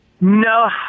No